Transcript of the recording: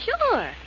Sure